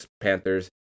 Panthers